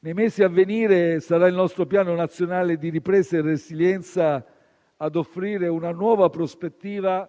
Nei mesi a venire, sarà il nostro Piano nazionale di ripresa e resilienza ad offrire una nuova prospettiva